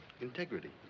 Integrity